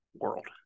world